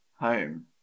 home